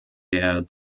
der